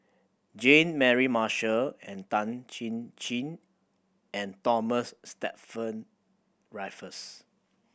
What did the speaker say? Jean Mary Marshall and Tan Chin Chin and Thomas Stamford Raffles